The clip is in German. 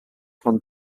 kann